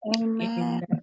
Amen